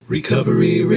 Recovery